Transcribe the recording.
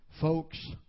Folks